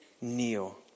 kneel